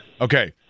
okay